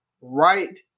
right